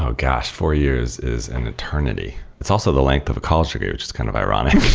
ah gosh! four years is an eternity. it's also the length of a college degree, which is kind of ironic.